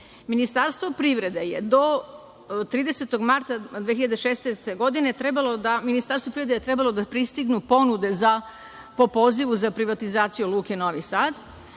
Ministarstvu privrede su do 30. marta 2016. godine trebale da pristignu ponude po pozivu za privatizaciju Luke Novi Sad